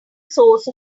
source